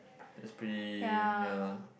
that's pretty ya